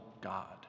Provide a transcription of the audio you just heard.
God